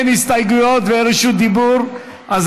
אין הסתייגויות ואין רשות דיבור אז